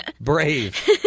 brave